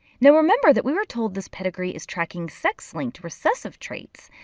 now remember that we were told this pedigree is tracking sex-linked recessive traits.